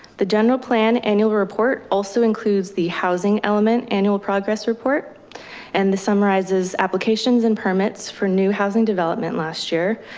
the general plan annual report also includes the housing element annual progress report and the summarizes applications and permits for new housing development last year.